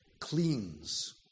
cleans